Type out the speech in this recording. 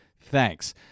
Thanks